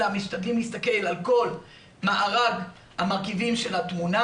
אלא משתדלים להסתכל על כל מארג המרכיבים של התמונה,